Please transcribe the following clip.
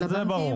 של הבנקים.